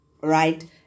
right